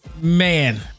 man